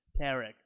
Tarek